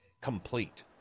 complete